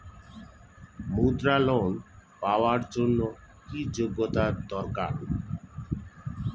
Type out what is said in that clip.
মুদ্রা লোন পাওয়ার জন্য কি যোগ্যতা দরকার?